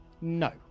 No